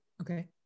Okay